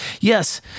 yes